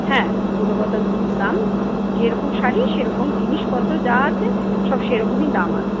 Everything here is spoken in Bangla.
হ্যাঁ গুণগত দাম যেরকম শাড়ি সেরকম জিনিসপত্র যা আছে সব সেরকমই দাম আছে